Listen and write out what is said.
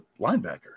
linebacker